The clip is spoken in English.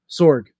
sorg